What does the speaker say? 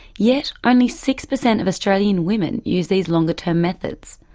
yet only six percent of australian women use these longer-term methods.